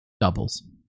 doubles